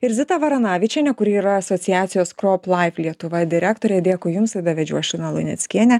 ir zitą varanavičienę kuri yra asociacijos krop laif lietuva direktorė dėkui jums laidą vedžiau aš lina luneckienė